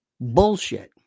bullshit